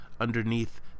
underneath